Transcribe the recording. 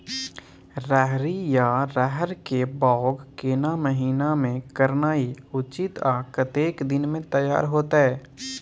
रहरि या रहर के बौग केना महीना में करनाई उचित आ कतेक दिन में तैयार होतय?